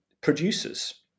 producers